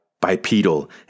bipedal